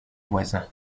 voisin